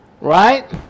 Right